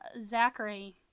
Zachary